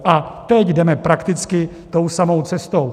A teď jdeme prakticky tou samou cestou.